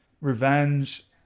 Revenge